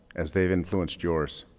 as they've influenced yours